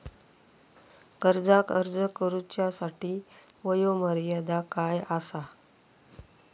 कर्जाक अर्ज करुच्यासाठी वयोमर्यादा काय आसा?